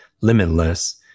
Limitless